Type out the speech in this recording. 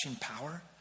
power